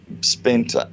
spent